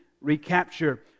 recapture